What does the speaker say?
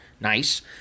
Nice